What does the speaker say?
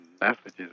messages